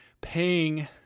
paying